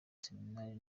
seminari